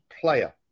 player